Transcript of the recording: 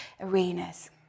arenas